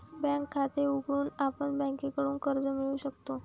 bank खाते उघडून आपण बँकेकडून कर्ज मिळवू शकतो